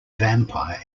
vampire